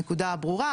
הנקודה הברורה.